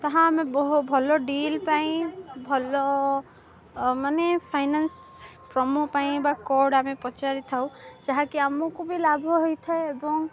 ତାହା ଆମେ ବ ଭଲ ଡିଲ୍ ପାଇଁ ଭଲ ମାନେ ଫାଇନାନ୍ସ ପ୍ରମୋ ପାଇଁ ବା କୋର୍ଡ଼୍ ଆମେ ପଚାରି ଥାଉ ଯାହାକି ଆମକୁ ବି ଲାଭ ହୋଇଥାଏ ଏବଂ